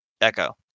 Echo